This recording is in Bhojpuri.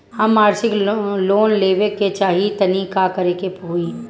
हम मासिक लोन लेवे के चाह तानि का करे के होई?